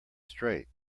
straight